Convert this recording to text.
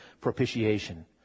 propitiation